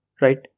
Right